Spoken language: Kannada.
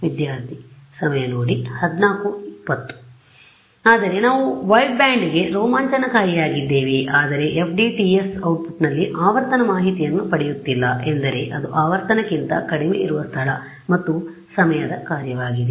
ಇಲ್ಲ ಆದರೆ ನಾವು ವೈಡ್ಬ್ಯಾಂಡ್ಗೆ ರೋಮಾಂಚನಕಾರಿಯಾಗಿದ್ದೇವೆ ಆದರೆ FDTS output ನಲ್ಲಿ ಆವರ್ತನ ಮಾಹಿತಿಯನ್ನು ಪಡೆಯುತ್ತಿಲ್ಲ ಎಂದರೆ ಅದು ಆವರ್ತನಕ್ಕಿಂತ ಕಡಿಮೆ ಇರುವ ಸ್ಥಳ ಮತ್ತು ಸಮಯದ ಕಾರ್ಯವಾಗಿದೆ